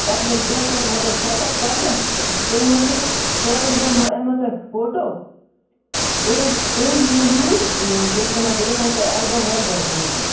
پَتہٕ لٔگۍ دۄہ تَتھ مطلب سٮ۪ٹ اَپ کَرنَس تُہۍ مٲنِو ژورَن دۄہَن منٛز اَنو تۄہہِ فوٹوٗ تُہۍ حظ تُہۍ حظ ییٖزیٚو یوٗرۍ کیٛاہ چھِ وَنان بہٕ دِمو تۄہہِ ایلبَم وٮ۪لبَم ییٚتی